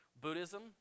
Buddhism